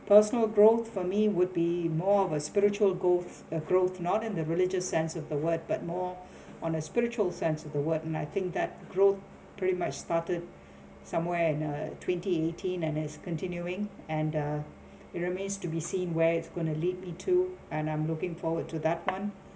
personal growth for me would be more of a spiritual growth uh growth not in the religious sense of the word but more on a spiritual sense of the word and I think that growth pretty much started somewhere in uh twenty eighteen and it's continuing and uh it remains to be seen where it's gonna leap into and I'm looking forward to that one